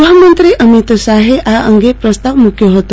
ગૃફમંત્રી અમિત શાહે આ અંગે પ્રસ્તાવ મુક્યો હતો